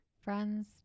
friends